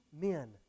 men